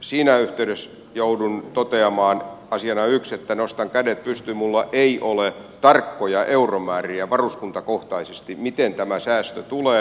siinä yhteydessä joudun toteamaan asiana yksi että nostan kädet pystyyn minulla ei ole tarkkoja euromääriä varuskuntakohtaisesti siitä miten tämä säästö tulee